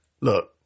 Look